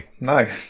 No